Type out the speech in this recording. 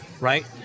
right